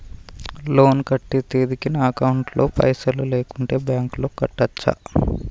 Loan కట్టే తేదీకి నా అకౌంట్ లో పైసలు లేకుంటే బ్యాంకులో కట్టచ్చా?